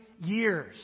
years